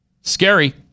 Scary